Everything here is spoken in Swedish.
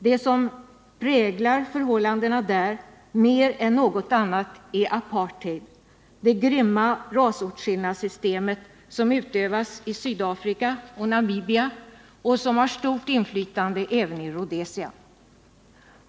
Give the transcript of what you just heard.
Det som präglar förhållandena där mer än något annat är apartheid, det grymma rasåtskillnadssystem som utövas i Sydafrika och Namibia och som har stort inflytande även i Rhodesia.